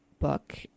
book